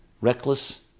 reckless